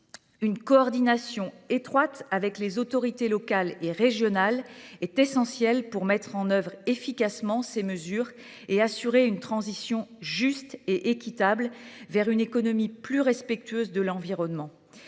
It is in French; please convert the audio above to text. une coordination étroite avec les autorités locales et régionales est essentielle pour mettre en œuvre efficacement ces mesures et assurer une transition juste et équitable vers une économie plus respectueuse de l’environnement.